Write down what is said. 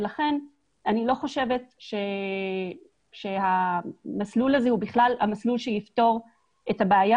לכן אני לא חושבת שהמסלול הזה הוא המסלול שיפתור את הבעיה.